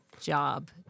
job